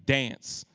dance.